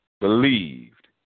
believed